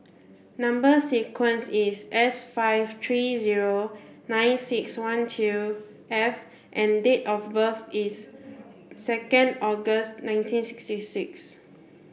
number sequence is S five three zero nine six one two F and date of birth is second August nineteen sixty six